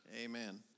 amen